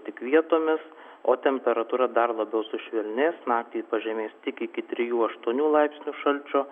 tik vietomis o temperatūra dar labiau sušvelnės naktį pažemės tik iki trijų aštuonių laipsnių šalčio